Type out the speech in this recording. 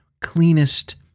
cleanest